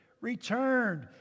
Returned